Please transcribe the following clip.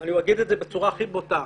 אני אומר את זה בצורה הכי בוטה.